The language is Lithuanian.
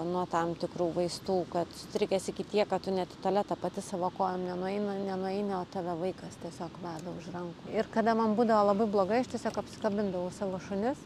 nuo tam tikrų vaistų kad sutrikęs iki tiek kad tu net į tualetą pati savo kojom nenueina nenueini o tave vaikas tiesiog veda už rankų ir kada man būdavo labai blogai aš tiesiog apsikabindavau savo šunis